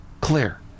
clear